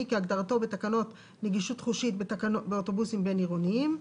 כהגדרתו בתקנות נגישות חושית באוטובוסים בין עירוניים.